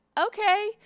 okay